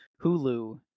hulu